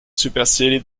superseded